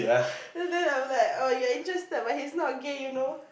then then I was like your interested but he's not gay you know